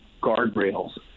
guardrails